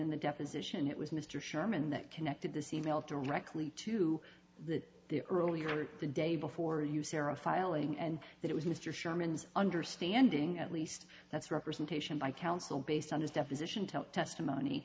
the deposition it was mr sherman that connected this e mail directly to the earlier in the day before you sarah filing and that it was mr sherman's understanding at least that's representation by counsel based on his deposition tell testimony